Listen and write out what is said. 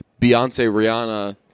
Beyonce-Rihanna